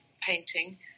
painting